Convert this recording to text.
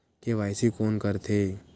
KYC कोन करथे?